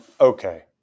Okay